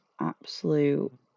absolute